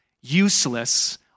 useless